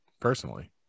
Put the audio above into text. personally